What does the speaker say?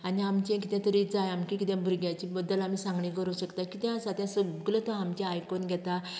आनी आमचें कितें तरी जाय आमकां कितें भुरग्याचें बद्दल आमी सांगणें करूंक शकता तें आसा तें सगलें पळय आमचें आयकून घेता